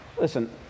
Listen